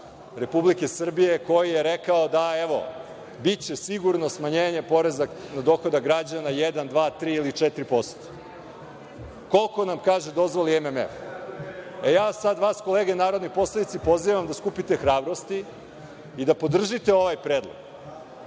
Republike Srbije koji je rekao – da, evo, biće sigurno smanjenje poreza na dohodak građana, 1, 2, 3 ili 4%, koliko nam, kaže, dozvoli MMF.Ja sad vas, kolege narodni poslanici, pozivam da skupite hrabrosti i da podržite ovaj predlog,